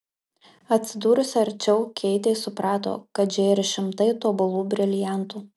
atsidūrusi arčiau keitė suprato kad žėri šimtai tobulų briliantų